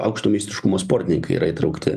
aukšto meistriškumo sportininkai yra įtraukti